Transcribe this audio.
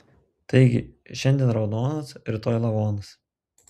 taigi šiandien raudonas rytoj lavonas